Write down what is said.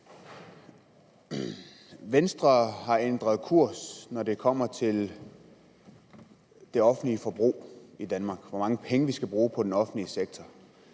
Venstre har ændret kurs, når det gælder det offentlige forbrug i Danmark, altså hvor mange penge vi skal bruge på den offentlige sektor.